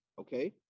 okay